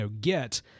get